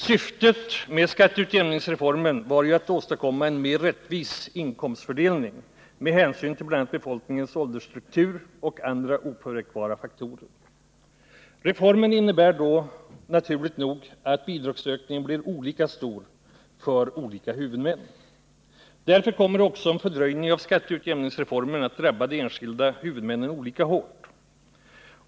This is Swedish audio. Syftet med skatteutjämningsreformen var ju att åstadkomma en mer rättvis inkomstfördelning med hänsyn till bl.a. befolkningens åldersstruktur och andra opåverkbara faktorer. Reformen innebär då naturligt nog att bidragsökningen blir olika stor för olika huvudmän. Därför kommer också en fördröjning av skatteutjämningsreformen att drabba de enskilda huvudmännen olika hårt.